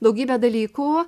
daugybę dalykų